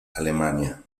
alemania